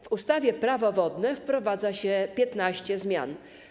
W ustawie - Prawo wodne wprowadza się 15 zmian.